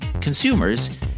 consumers